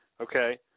Okay